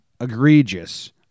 Egregious